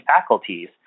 faculties